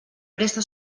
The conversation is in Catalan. presta